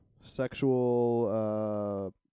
sexual